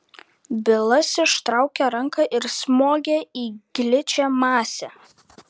bilas ištraukė ranką ir smogė į gličią masę